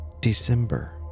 December